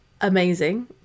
amazing